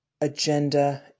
agenda